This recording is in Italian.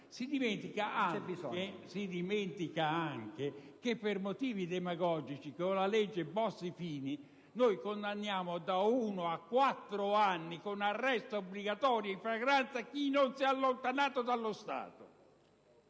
si dimentica anche che, per motivi demagogici, con la legge Bossi-Fini condanniamo da uno a quattro anni, con arresto obbligatorio in flagranza di reato, chi non si è allontanato dal